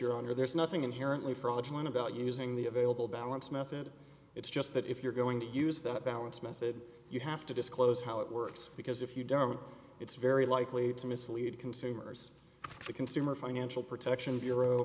honor there's nothing inherently fraudulent about using the available balance method it's just that if you're going to use that balance method you have to disclose how it works because if you don't it's very likely to mislead consumers the consumer financial protection bureau